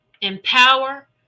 empower